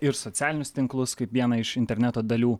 ir socialinius tinklus kaip vieną iš interneto dalių